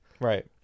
Right